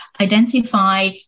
identify